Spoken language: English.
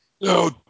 No